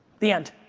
the end.